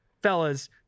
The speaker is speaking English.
Fellas